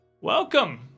Welcome